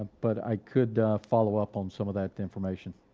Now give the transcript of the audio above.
but i could follow up on some of that information.